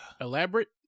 Elaborate